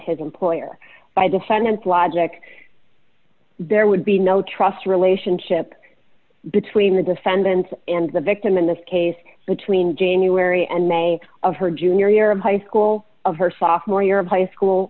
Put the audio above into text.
his employer by defendant's logic there would be no trust relationship between the defendant and the victim in this case between january and may of her junior year of high school of her sophomore year of high school